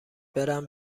برم